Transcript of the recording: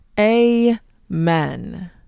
Amen